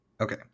Okay